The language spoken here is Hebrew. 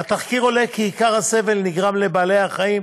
מהתחקיר עולה כי עיקר הסבל נגרם לבעלי-החיים,